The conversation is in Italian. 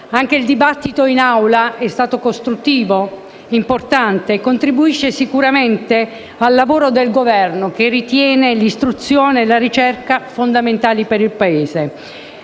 Anche il dibattito in Aula è stato costruttivo, importante e contribuisce sicuramente al lavoro del Governo che ritiene l'istruzione e la ricerca fondamentali per il Paese.